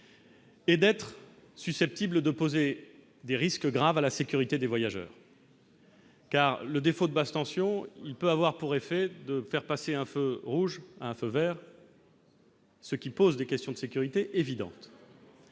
et d'être susceptibles de poser des risques graves à la sécurité des voyageurs car le défaut de basse tension peut avoir pour effet de faire passer un feu rouge, un feu Vert. Ce qui pose des questions de sécurité évidentes.